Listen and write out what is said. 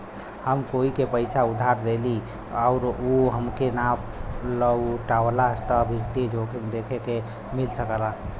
हम कोई के पइसा उधार देली आउर उ हमके ना लउटावला त वित्तीय जोखिम देखे के मिल सकला